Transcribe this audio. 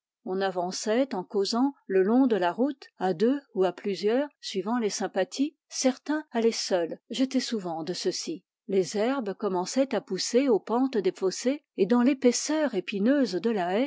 on avançait en causant le long de la route à deux ou à plusieurs suivant les sympa thiès certains allaient seuls j'étais souvent de ceux-ci les herbes commençaient à pousser aux pentes des fossés et dans l'épaisseur épineuse de la